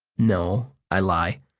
no, i lie.